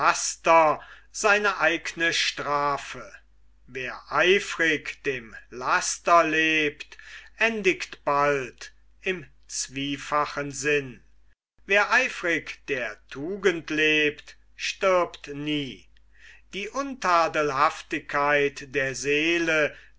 seine eigne strafe wer eifrig dem laster lebt endigt bald im zwiefachen sinn wer eifrig der tugend lebt stirbt nie die untadelhaftigkeit der seele